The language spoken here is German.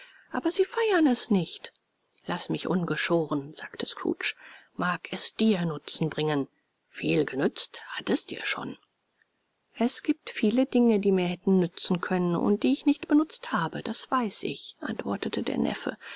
aber sie feiern es nicht laß mich ungeschoren sagte scrooge mag es dir nutzen bringen viel genützt hat es dir schon es giebt viel dinge die mir hätten nützen können und die ich nicht benutzt habe das weiß ich antwortete der neffe